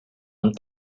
amb